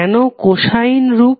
কেন কোসাইন রূপ